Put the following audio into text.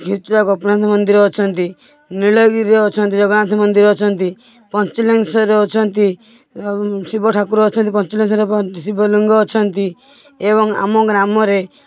କ୍ଷୀରଚୋରା ଗୋପିନାଥ ମନ୍ଦିର ଅଛନ୍ତି ନୀଳଗିରିରେ ଅଛନ୍ତି ଜଗନ୍ନାଥ ମନ୍ଦିର ଅଛନ୍ତି ପଞ୍ଚଲିଙ୍ଗେଶ୍ବର ଅଛନ୍ତି ଆଉ ଶିବ ଠାକୁର ଅଛନ୍ତି ପଞ୍ଚଲିଙ୍ଗେଶ୍ବର ଶିବ ଲିଙ୍ଗ ଅଛନ୍ତି ଏବଂ ଆମ ଗ୍ରାମରେ